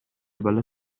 bella